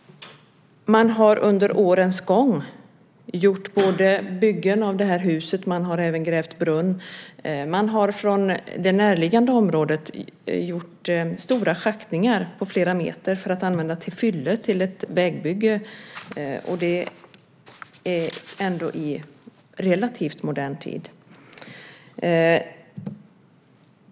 Man har under årens gång gjort byggen av det här huset, och man har även grävt brunn. Man har från det närliggande området gjort stora schaktningar på flera meter för att använda till fylle vid ett vägbygge, och det är ändå i relativt modern tid.